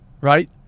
right